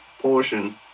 portion